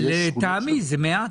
לטעמי זה מעט.